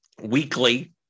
weekly